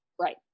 Right